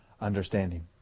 understanding